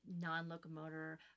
non-locomotor